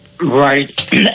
Right